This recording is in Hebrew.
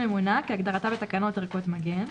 לפי תקנה 4," ""ערכת מגן" כהגדרתה בתקנות ערכות מגן,